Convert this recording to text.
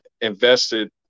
invested